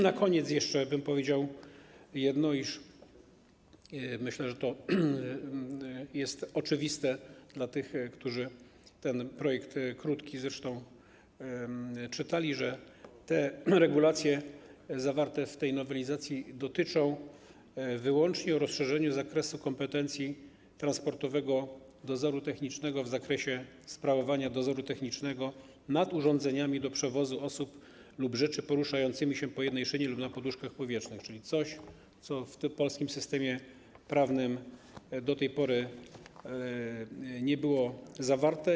Na koniec jeszcze bym powiedział jedno - myślę, że to jest oczywiste dla tych, którzy ten projekt, krótki zresztą, czytali - że regulacje zawarte w tej nowelizacji dotyczą wyłącznie rozszerzenia zakresu kompetencji Transportowego Dozoru Technicznego w zakresie sprawowania dozoru technicznego nad urządzeniami do przewozu osób lub rzeczy poruszającymi się po jednej szynie lub na poduszkach powietrznych, czyli jest to coś, co w polskim systemie prawnym do tej pory nie było zawarte.